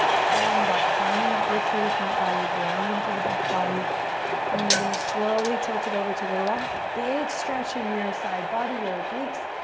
pulling back, finding that lift through the front body, grounding through the back body and then you're gonna slowly tilt it over to the left. big stretch in your side body, your obliques.